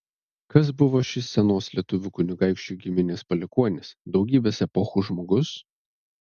kas buvo šis senos lietuvių kunigaikščių giminės palikuonis daugybės epochų žmogus